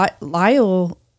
Lyle